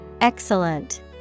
Excellent